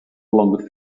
longer